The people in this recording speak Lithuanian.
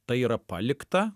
tai yra palikta